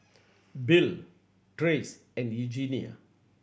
Bill Trace and Eugenia